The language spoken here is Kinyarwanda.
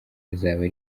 rizaba